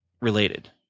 related